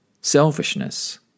selfishness